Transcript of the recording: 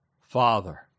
Father